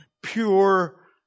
pure